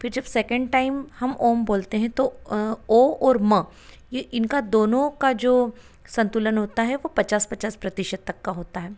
फिर जब second time हम ओम बोलते हैं तो ओ और म ये इनका दोनों का जो संतुलन होता है वो पचास पचास प्रतिशत तक का होता है